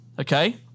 okay